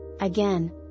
Again